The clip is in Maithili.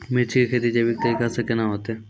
मिर्ची की खेती जैविक तरीका से के ना होते?